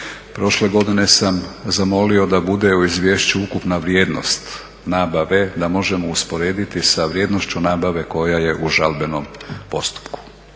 Prošle godine sam zamolio da bude u izvješću ukupna vrijednost nabave da možemo usporediti sa vrijednošću nabave koja je u žalbenom postupku.